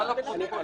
--- ברצח אין,